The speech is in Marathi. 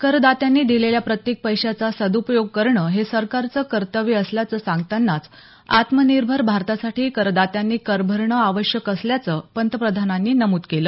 करदात्यांनी दिलेल्या प्रत्येक पैशाचा सदपयोग करणं हे सरकारचं कर्तव्य असल्याचं सांगतानाच आत्मनिर्भर भारतासाठी करदात्यांनी कर भरणं आवश्यक असल्याचं पंतप्रधानांनी नमूद केलं